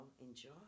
enjoy